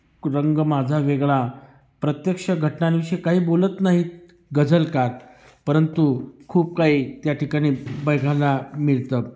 रंग माझा वेगळा प्रत्यक्ष घटनांविषय काही बोलत नाहीत गजलकार परंतु खूप काही त्या ठिकाणी बघायला मिळतं